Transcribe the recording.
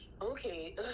okay